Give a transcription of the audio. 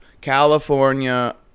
California